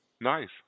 Nice